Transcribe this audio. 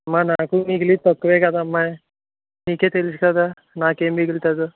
అమ్మ నాకు మిగిలేది తక్కువే కదమ్మా నీకే తెలుసు కదా నాకేమి మిగులుతుందో